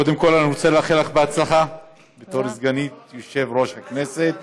קודם כול אני רוצה לאחל לך בהצלחה בתור סגנית יושב-ראש הכנסת.